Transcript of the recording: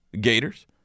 Gators